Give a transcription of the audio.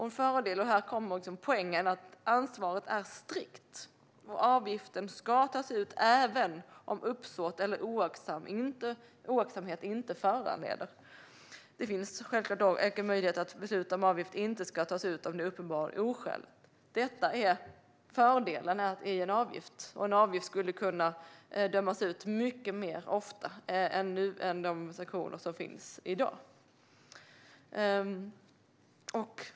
En fördel, och här kommer poängen, är att ansvaret är strikt. Avgiften ska tas ut även om uppsåt eller oaktsamhet inte föreligger. Det finns självklart möjlighet att besluta om att avgift inte ska tas ut om det är uppenbart oskäligt. Detta är fördelarna med en avgift, och en avgift skulle kunna dömas ut mycket oftare än de sanktioner som finns i dag.